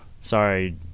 Sorry